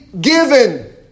given